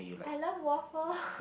I love waffle